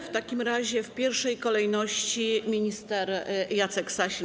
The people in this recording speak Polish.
W takim razie w pierwszej kolejności minister Jacek Sasin.